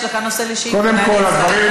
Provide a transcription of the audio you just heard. יש לך נושא לשאילתה, ואני אצטרף אליך.